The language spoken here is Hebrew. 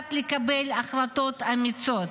שיודעת לקבל החלטות אמיצות